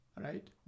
Right